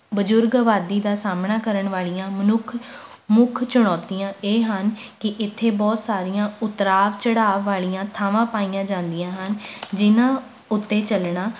ਬਜ਼ੁਰਗ ਆਬਾਦੀ ਦਾ ਸਾਹਮਣਾ ਕਰਨ ਵਾਲੀਆਂ ਮਨੁੱਖ ਮੁੱਖ ਚੁਣੌਤੀਆਂ ਇਹ ਹਨ ਕਿ ਇੱਥੇ ਬਹੁਤ ਸਾਰੀਆਂ ਉਤਰਾਅ ਚੜ੍ਹਾਅ ਵਾਲੀਆਂ ਥਾਵਾਂ ਪਾਈਆਂ ਜਾਂਦੀਆਂ ਹਨ ਜਿਨ੍ਹਾਂ ਉੱਤੇ ਚੱਲਣਾ